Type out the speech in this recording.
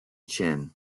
chin